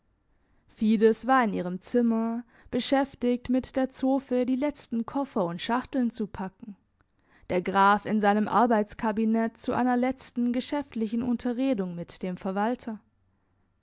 fides war in ihrem zimmer beschäftigt mit der zofe die letzten koffer und schachteln zu packen der graf in seinem arbeitskabinett zu einer letzten geschäftlichen unterredung mit dem verwalter